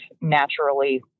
naturally